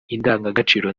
indangagaciro